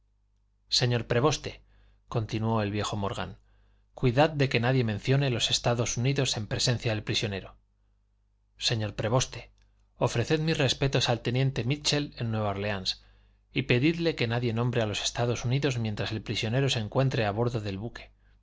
señor preboste continuó el viejo morgan cuidad de que nadie mencione los estados unidos en presencia del prisionero señor preboste ofreced mis respetos al teniente mítchel en órleans y pedidle que nadie nombre a los estados unidos mientras el prisionero se encuentre a bordo del buque